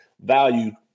Value